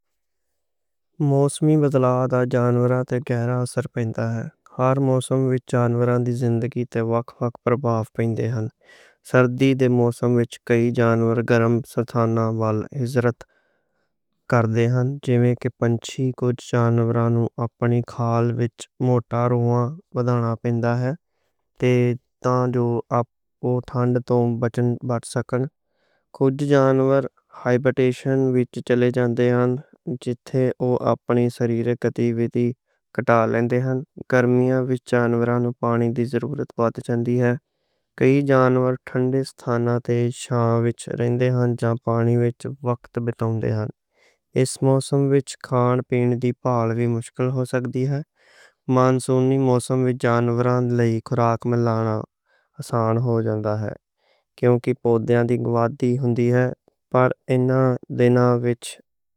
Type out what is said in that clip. موسمی بدلاواں all over جانوراں دی زندگی تے اثر پیندا ہے ہر موسم وچ۔ جانوراں دی زندگی تے وکھ وکھ پرواہ پیندے ہن۔ سردی دے موسم وچ کئی جانور گرم تھاں وال ہجرت کردے ہن۔ کچھ پنچھی تے جانوراں نوں اپنی کھال وچ موٹے وال بدھانے پیندے ہن۔ تاں جو اوہ بچ سکّن کچھ جانور۔ ہیبیٹیشن وچ چلے جان دے ہن جتھے اوہ اپنی سریر دی حفاظت کر سکّن۔ گرمیاں وچ جانوراں نوں پانی دی لوڑ بہت ہوندی ہے۔ کئی جانور ٹھنڈے تھاں تے چھاں وچ رہندے ہن یا پانی وچ وقت بتاندے ہن۔ اس موسم وچ کھان پین دی بھال وی مشکل ہو سکدی ہے۔ مانسونی موسم وچ جانوراں لئی خوراک ملنا آسان ہو جاندا ہے۔ کیونکہ پودیاں دی اگاوٹ ہوندی ہے۔ پر اینہناں دنہاں وچ۔